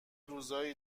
روزایی